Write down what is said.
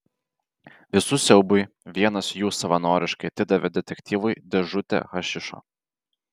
visų siaubui vienas jų savanoriškai atidavė detektyvui dėžutę hašišo